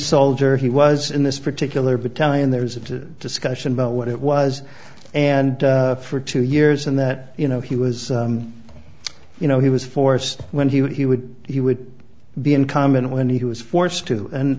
soldier he was in this particular battalion there is a discussion about what it was and for two years and that you know he was you know he was forced when he would he would he would be uncommon when he was forced to and